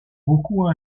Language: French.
beaucoup